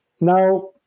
Now